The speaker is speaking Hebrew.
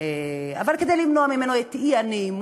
אבל כדי למנוע ממנו את האי-נעימות